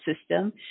system